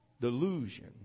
delusion